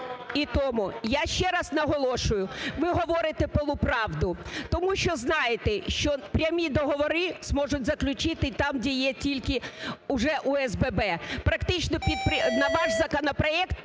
І тому я ще раз наголошую, ви говорите полуправду тому що знаєте, що прямі договори зможуть заключити там, де є тільки уже ОСББ. Практично, на ваш законопроект, не